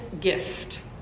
gift